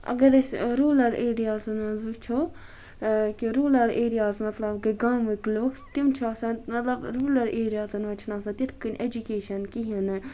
اگر أسۍ روٗرَل ایریازن مَنٛز وٕچھو کہِ روٗرَل ایریاز مَطلَب گٔے گامٕکۍ لُکھ تِم چھِ آسان مَطلَب روٗرَل ایریَازَن مَنٛز چھنہٕ آسان تِتھ کٔنۍ ایجُکیشَن کِہیٖنۍ نہٕ